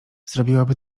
zrobiłaby